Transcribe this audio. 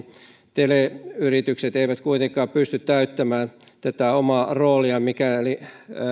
teleyritykset eivät kuitenkaan pysty täyttämään tätä omaa rooliaan mikäli